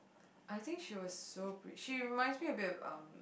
I think she was so pretty she reminds a bit of um